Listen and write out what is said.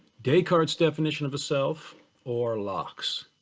descartes' definition of the self or locke's?